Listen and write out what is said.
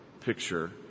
picture